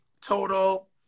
Total